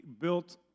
built